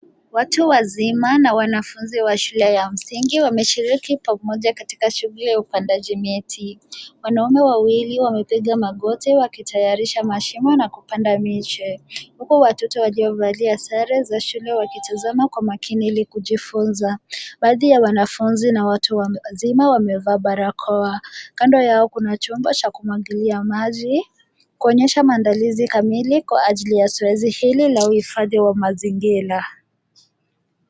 Watu wazima na wanafunzi wa shule ya msingi wameshiriki pamoja katika shughuli ya upandaji miti. Wanaume wawili wamepiga magoti wakitayarisha mashimo na kupanda miche huku watoto wakiwa wamevalia sare za shule wakitazama kwa makini ili kujifunza. Baadhi ya wanafunzi na watu wazima wamevaa barakoa. Kando yao kuna chumba cha kumwagilia maji kuonyesha maandalizi kamili kwa ajili ya zoezi hili la uhifadhi wa mazingira.